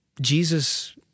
Jesus